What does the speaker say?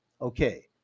Okay